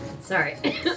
Sorry